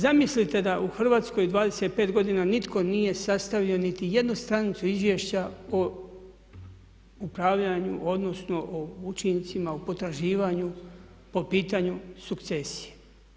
Zamislite da u Hrvatskoj 25 godina nitko nije sastavio niti jednu stranicu izvješća o upravljanju odnosno o učincima, o potraživanju po pitanju sukcesije.